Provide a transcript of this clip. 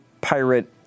pirate